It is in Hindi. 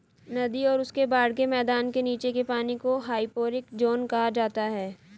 नदी और उसके बाढ़ के मैदान के नीचे के पानी को हाइपोरिक ज़ोन कहा जाता है